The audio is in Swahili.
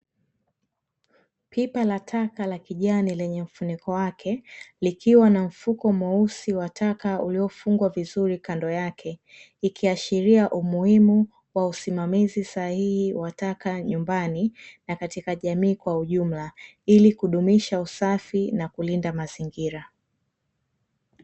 Pipa la taka la kijani lenye mfuniko wake, likiwa na mfuko mweusi wa taka uliofungwa vizuri kando yake, ikiashiria umuhimu wa usimamizi sahihi wa taka nyumbani , na katika jamii kwa ujumla, ili kudumisha usafi na kulinda mazingira.